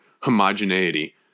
homogeneity